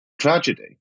tragedy